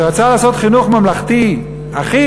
שרצה לעשות חינוך ממלכתי אחיד,